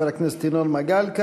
חבר הכנסת ינון מגל,